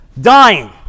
dying